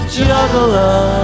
juggler